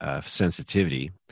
sensitivity